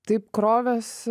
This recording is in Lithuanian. taip krovėsi